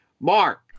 Mark